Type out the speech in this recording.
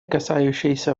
касающиеся